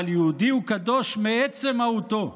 אבל יהודי הוא קדוש מעצם מהותו.